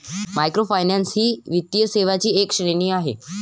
microfinance ही वित्तीय सेवांची एक श्रेणी आहे